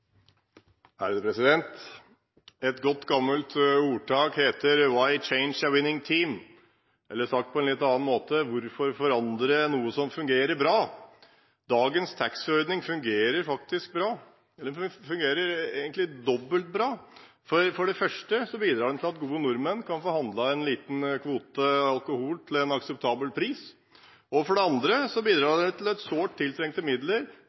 Et godt gammelt ordtak heter: «Why change a winning team», eller sagt på en litt annen måte: Hvorfor forandre noe som fungerer bra? Dagens taxfree-ordning fungerer faktisk bra – den fungerer egentlig dobbelt bra. For det første bidrar den til at gode nordmenn kan få handlet en liten kvote alkohol til en akseptabel pris, og for det andre bidrar den med sårt tiltrengte midler